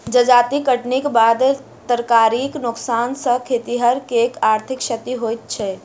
जजाति कटनीक बाद तरकारीक नोकसान सॅ खेतिहर के आर्थिक क्षति होइत छै